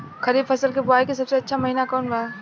खरीफ फसल के बोआई के सबसे अच्छा महिना कौन बा?